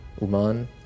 Uman